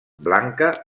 blanca